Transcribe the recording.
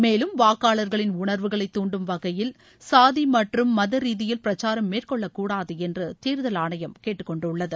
மேலும் வாக்காளர்களின் உணர்வுகளை தூண்டும் வகையில் சாதி மற்றும் மத ரீதியில் பிரச்சாரம் மேற்கொள்ளக்கூடாது என்று தேர்தல் ஆணையம் கேட்டுக்கொண்டுள்ளது